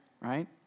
right